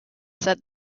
said